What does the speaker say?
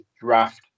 draft